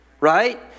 Right